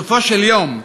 בסופו של יום,